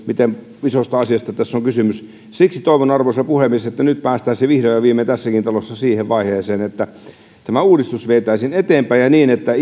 miten isosta asiasta tässä on kysymys siksi toivon arvoisa puhemies että nyt päästäisiin vihdoin ja viimein tässäkin talossa siihen vaiheeseen että se uudistus vietäisiin eteenpäin niin että